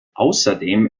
außerdem